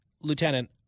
Lieutenant